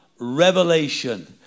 revelation